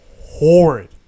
horrid